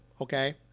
Okay